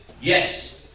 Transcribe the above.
yes